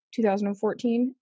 2014